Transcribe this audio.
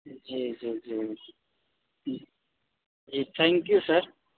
جی جی جی جی تھینک یو سر